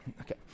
Okay